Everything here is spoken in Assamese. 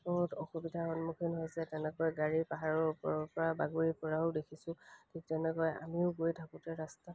বহুত অসুবিধাৰ সন্মুখীন হৈছে তেনেকৈ গাড়ী পাহাৰৰ ওপৰৰ পৰা বাগৰি পৰাও দেখিছোঁ ঠিক তেনেকৈ আমিও গৈ থাকোঁতে ৰাস্তা